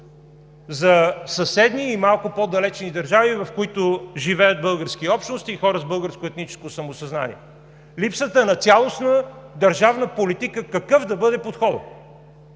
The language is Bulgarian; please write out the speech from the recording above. за съседни и малко по-далечни държави, в които живеят български общности и хора с българско етническо самосъзнание. Липсата на цялостна държавна политика какъв да бъде подходът